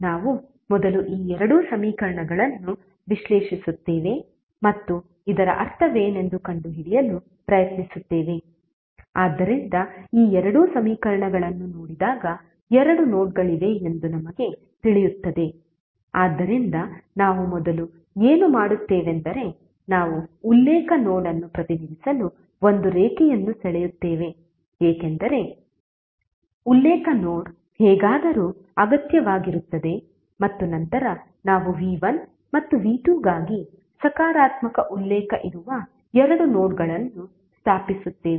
ನಾವು ಮೊದಲು ಈ ಎರಡು ಸಮೀಕರಣಗಳನ್ನು ವಿಶ್ಲೇಷಿಸುತ್ತೇವೆ ಮತ್ತು ಇದರ ಅರ್ಥವೇನೆಂದು ಕಂಡುಹಿಡಿಯಲು ಪ್ರಯತ್ನಿಸುತ್ತೇವೆ ಆದ್ದರಿಂದ ಈ ಎರಡು ಸಮೀಕರಣಗಳನ್ನು ನೋಡಿದಾಗ ಎರಡು ನೋಡ್ಗಳಿವೆ ಎಂದು ನಮಗೆ ತಿಳಿಯುತ್ತದೆ ಆದ್ದರಿಂದ ನಾವು ಮೊದಲು ಏನು ಮಾಡುತ್ತೇವೆಂದರೆ ನಾವು ಉಲ್ಲೇಖ ನೋಡ್ ಅನ್ನು ಪ್ರತಿನಿಧಿಸಲು ಒಂದು ರೇಖೆಯನ್ನು ಸೆಳೆಯುತ್ತೇವೆ ಏಕೆಂದರೆ ಉಲ್ಲೇಖ ನೋಡ್ ಹೇಗಾದರೂ ಅಗತ್ಯವಾಗಿರುತ್ತದೆ ಮತ್ತು ನಂತರ ನಾವು ವಿ1 ಮತ್ತು ವಿ2ಗಾಗಿ ಸಕಾರಾತ್ಮಕ ಉಲ್ಲೇಖ ಇರುವ ಎರಡು ನೋಡ್ಗಳನ್ನು ಸ್ಥಾಪಿಸುತ್ತೇವೆ